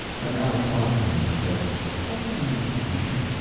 then aleck softened and said don't be impatient.